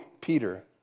Peter